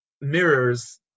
mirrors